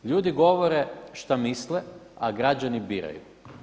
Ljudi govore šta misle a građani biraju.